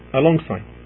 alongside